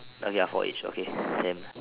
okay ah four each okay same